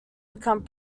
become